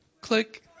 click